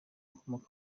akomoka